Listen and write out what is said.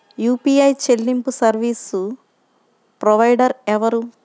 UPI చెల్లింపు service provider ఎవరు?